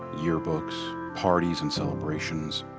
yearbooks, parties, and celebrations.